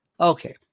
Okay